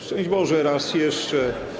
Szczęść Boże raz jeszcze.